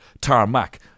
tarmac